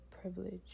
privilege